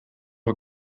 een